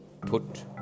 put